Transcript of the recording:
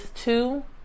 two